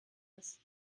ist